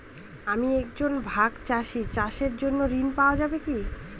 আমি একজন ভাগ চাষি চাষের জন্য ঋণ পাওয়া যাবে কি?